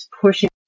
pushing